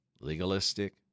legalistic